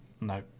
No